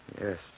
Yes